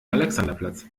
alexanderplatz